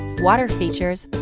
water features,